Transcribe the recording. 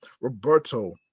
roberto